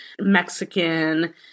Mexican